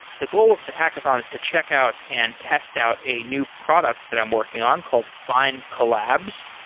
the goal of the hackathon is to check out and test out a new product that i'm working on called findcollabs.